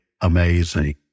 amazing